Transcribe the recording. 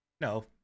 No